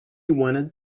wanted